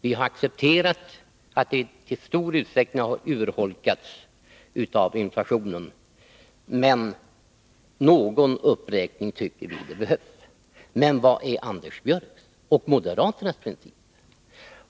Vi har accepterat att det i stor utsträckning har urholkats av inflationen, men någon uppräkning tycker vi behövs. Men vad är Anders Björcks och moderaternas princip?